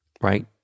Right